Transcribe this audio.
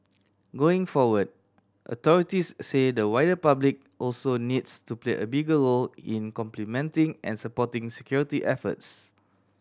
going forward authorities say the wider public also needs to play a bigger role in complementing and supporting security efforts